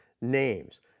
names